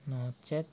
ନଚେତ